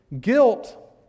Guilt